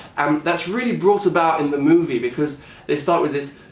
um that's really brought about in the movie because they start with this